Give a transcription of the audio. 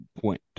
point